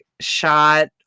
shot